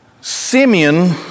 Simeon